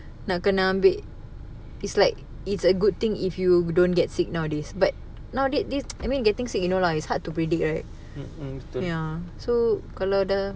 nak kena ambil is like it's a good thing if you don't get sick nowadays but now this this I mean getting sick you know lah is hard to predict right ya so kalau dah